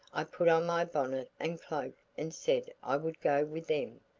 i put on my bonnet and cloak and said i would go with them,